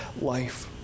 life